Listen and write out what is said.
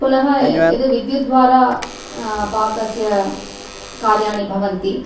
पुनः यत् विद्युद्वारा पाकस्य कार्याणि भवन्ति